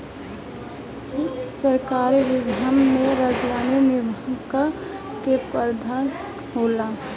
सरकारी विभाग में राजस्व निरीक्षक के पद होला